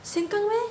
sengkang meh